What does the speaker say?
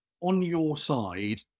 on-your-side